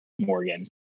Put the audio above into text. Morgan